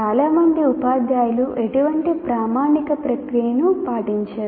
చాలా మంది ఉపాధ్యాయులు ఎటువంటి ప్రామాణిక ప్రక్రియను పాటించరు